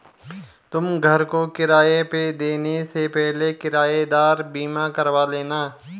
तुम घर को किराए पे देने से पहले किरायेदार बीमा करवा लेना